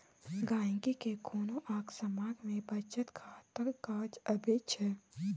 गांहिकी केँ कोनो आँग समाँग मे बचत खाता काज अबै छै